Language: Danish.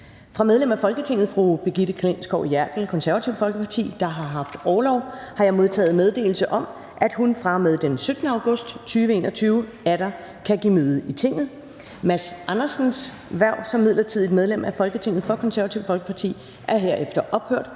Fra medlem af Folketinget fru Brigitte Klintskov Jerkel (KF), der har haft orlov, har jeg modtaget meddelelse om, at hun fra og med den 17. august 2021 atter kan give møde i Tinget. Mads Andersens (KF) hverv som midlertidigt medlem af Folketinget for Det Konservative Folkeparti er herefter ophørt